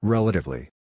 Relatively